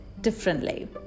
differently